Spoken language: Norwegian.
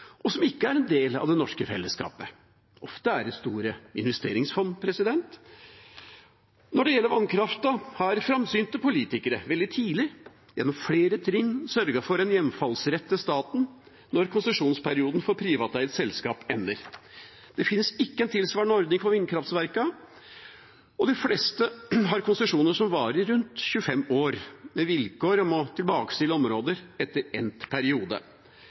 selskap som ikke er en del av det norske fellesskapet. Ofte er det store investeringsfond. Når det gjelder vannkraften, har framsynte politikere veldig tidlig, gjennom flere trinn, sørget for en hjemfallsrett til staten når konsesjonsperioden for et privateid selskap ender. Det finnes ikke en tilsvarende ordning for vindkraftverkene, og de fleste har konsesjoner som varer rundt 25 år med vilkår om å tilbakestille området etter endt periode.